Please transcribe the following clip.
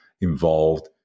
involved